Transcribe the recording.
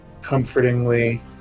comfortingly